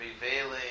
prevailing